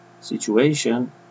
situation